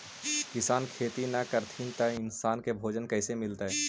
किसान खेती न करथिन त इन्सान के भोजन कइसे मिलतइ?